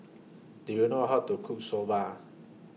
Do YOU know How to Cook Soba